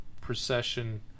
procession